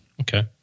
Okay